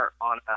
on